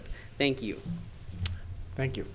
it thank you thank you